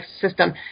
system